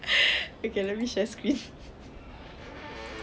let me share screen